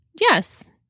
Yes